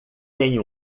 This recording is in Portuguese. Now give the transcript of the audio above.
tem